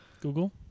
Google